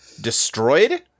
destroyed